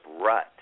rut